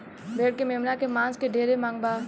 भेड़ के मेमना के मांस के ढेरे मांग बा